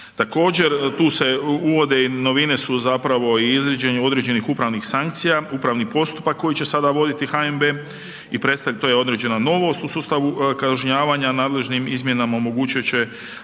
Također tu se uvode i novine su zapravo …/Govornik se ne razumije/… određenih upravnih sankcija, upravni postupak koji će sada voditi HNB i prestat, to je određena novost u sustavu kažnjavanja, nadležnim izmjenama omogućit